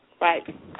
Right